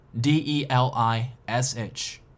D-E-L-I-S-H